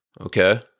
Okay